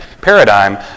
paradigm